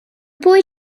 boy